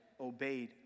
obeyed